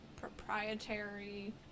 proprietary